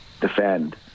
defend